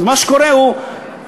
אז מה שקורה הוא,